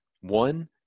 One